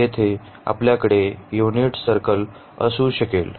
येथे आपल्याकडे unit circle असू शकेल